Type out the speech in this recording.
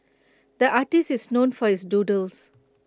the artist is known for his doodles